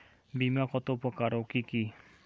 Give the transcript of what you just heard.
বীমা কত প্রকার ও কি কি?